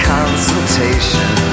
Consultation